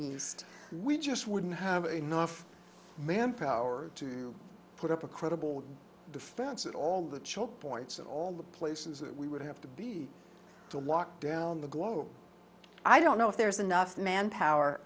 east we just wouldn't have enough manpower to put up a credible defense at all the chill points of all the places we would have to be to lock down the globe i don't know if there's enough manpower